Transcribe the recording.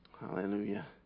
Hallelujah